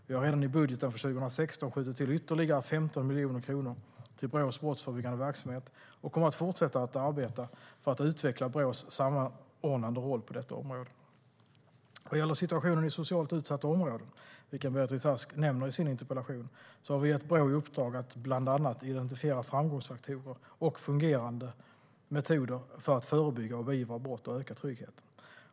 Vi har redan i budgeten för 2016 skjutit till ytterligare 15 miljoner kronor till Brås brottsförebyggande verksamhet och kommer att fortsätta arbeta för att utveckla Brås samordnande roll på detta område. Vad gäller situationen i socialt utsatta områden, vilken Beatrice Ask nämner i sin interpellation, har vi gett Brå i uppdrag att bland annat identifiera framgångsfaktorer och fungerande metoder för att förebygga och beivra brott och öka tryggheten.